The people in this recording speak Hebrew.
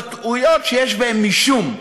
"התבטאויות שיש בהן משום",